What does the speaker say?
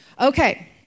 Okay